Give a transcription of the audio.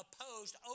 opposed